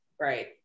right